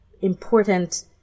important